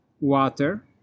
water